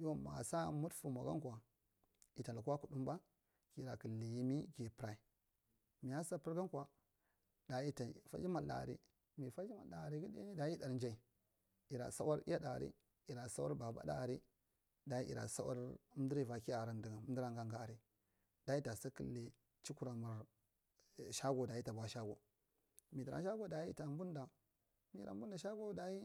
Yau ma saa muɗfa mwa gankwa yida lukwa guɗbwa ki ra kdidi yimi ki pur, miya sa purgankwa dayi yida faji malɗai aria mi faji maldu araige day yiɗarjai yira thawal iyaɗarjai yira thawar iyaɗa aria thawar babaɗa aria dayi yi thawar amdira aivi a kiya a. aran dugum amdira ga. Ga aria dayi yiɗasi kdidi chikuramur shagwo dayi yita bu a shagwo dayi mi tura a shagwa dayi yita budda shagwo dayi